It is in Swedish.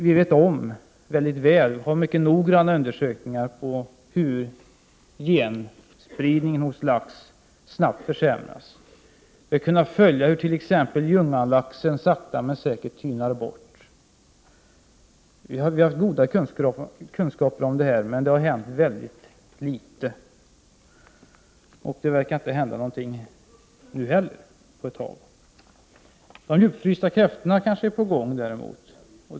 Vi vet och har gjort noggranna undersökningar om hur genspridningen hos laxen snabbt försämrats. Vi har kunnat följa t.ex. hur Ljunganlaxen sakta men säkert tynar bort. Vi har goda kunskaper, men det har hänt väldigt litet. Det verkar inte hända någonting heller på ett tag. Däremot när det gäller förändring av försäljningen av djupfrysta kräftor är det kanske någonting på gång.